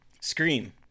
Scream